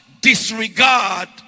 disregard